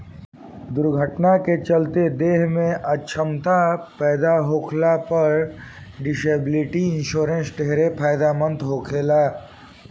दुर्घटना के चलते देह में अछमता पैदा होखला पर डिसेबिलिटी इंश्योरेंस ढेरे फायदेमंद होखेला